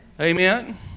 Amen